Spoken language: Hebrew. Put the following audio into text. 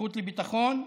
הזכות לביטחון,